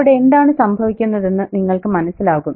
അവിടെ എന്താണ് സംഭവിക്കുന്നതെന്ന് നിങ്ങൾക്ക് മനസ്സിലാകും